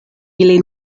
ili